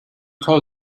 call